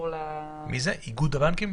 נשמע את איגוד הבנקים.